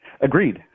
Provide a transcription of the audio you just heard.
Agreed